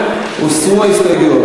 אנחנו מסירים את ההסתייגויות,